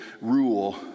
rule